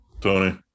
Tony